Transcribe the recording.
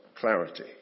clarity